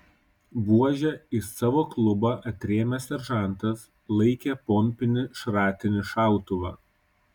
buože į savo klubą atrėmęs seržantas laikė pompinį šratinį šautuvą